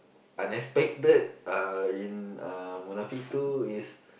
unexpected uh in uh Munafik two is